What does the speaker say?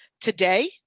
today